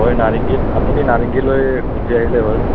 হয় নাৰেঙ্গীত আপুনি নাৰেঙ্গীলৈ গুচি আহিলেই হ'ল